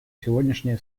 сегодняшнее